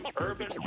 Urban